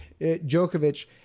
Djokovic